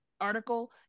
article